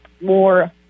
more